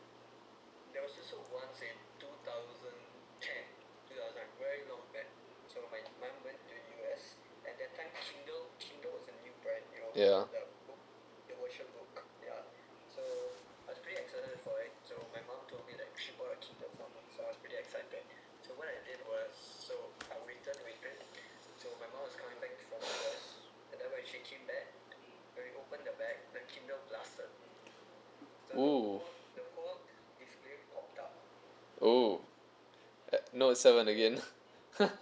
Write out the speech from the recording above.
yeah oo oh not F seven again